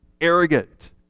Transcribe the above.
arrogant